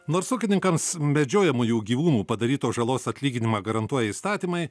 nors ūkininkams medžiojamųjų gyvūnų padarytos žalos atlyginimą garantuoja įstatymai